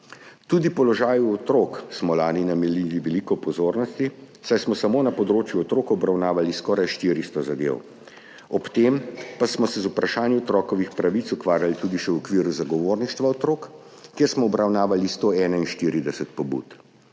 Tudi položaju otrok smo lani namenili veliko pozornosti, saj smo samo na področju otrok obravnavali skoraj 400 zadev, ob tem pa smo se z vprašanji otrokovih pravic ukvarjali tudi še v okviru zagovorništva otrok, kjer smo obravnavali 141 pobud.